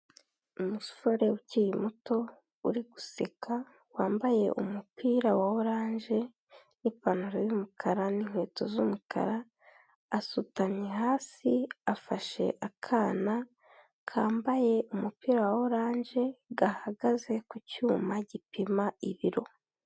Umusore ukiri muto uri guseka wambaye umupira wa oranje n'ipantaro y'umukara n'inkweto z'umukara asutamye hasi, afashe akana kambaye umupira wa oranje gahagaze ku cyuma gipima ibiro.